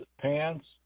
pants